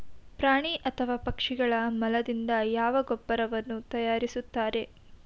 ಪ್ರಾಣಿ ಅಥವಾ ಪಕ್ಷಿಗಳ ಮಲದಿಂದ ಯಾವ ಗೊಬ್ಬರವನ್ನು ತಯಾರಿಸುತ್ತಾರೆ?